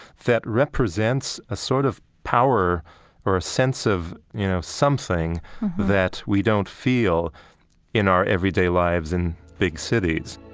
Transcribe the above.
that represents a sort of power or a sense of, you know, something that we don't feel in our everyday lives in big cities